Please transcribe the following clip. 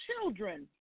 children